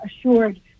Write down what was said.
assured